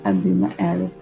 Abimael